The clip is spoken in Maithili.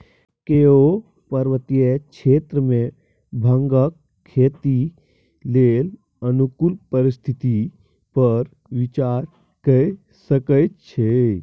केओ पर्वतीय क्षेत्र मे भांगक खेती लेल अनुकूल परिस्थिति पर विचार कए सकै छै